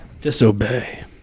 Disobey